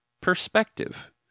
perspective